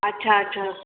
अच्छा अच्छा